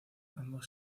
ambos